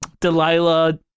Delilah